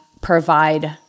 provide